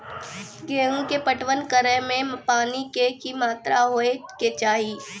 गेहूँ के पटवन करै मे पानी के कि मात्रा होय केचाही?